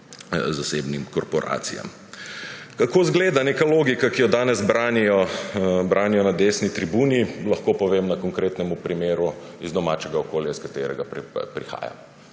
zasebnim korporacijam. Kako zgleda neka logika, ki jo danes branijo na desni tribuni, lahko povem na konkretnem primeru iz domačega okolja, iz katerega prihajam.